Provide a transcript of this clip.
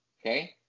okay